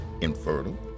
infertile